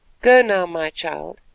go now, my child,